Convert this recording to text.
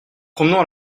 promenons